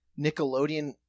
Nickelodeon